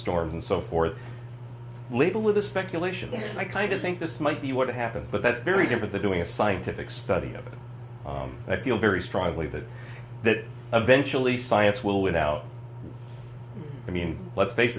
storms and so forth a little of this speculation i kind of think this might be what happened but that's very different the doing a scientific study of it i feel very strongly that that eventually science will without i mean let's face